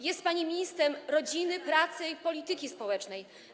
Jest pani ministrem rodziny, pracy i polityki społecznej.